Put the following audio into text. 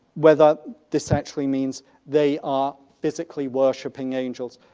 whether this actually means they are physically worshiping angels.